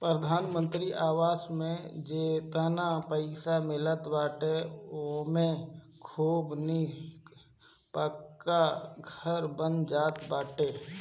प्रधानमंत्री आवास योजना में जेतना पईसा मिलत बाटे ओमे खूब निक पक्का घर बन जात बाटे